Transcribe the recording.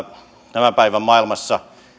tämän päivän maailmassa